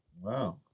Wow